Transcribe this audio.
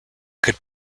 could